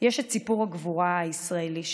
יש את סיפור הגבורה הישראלי שלו,